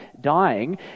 dying